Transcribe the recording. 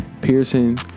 Pearson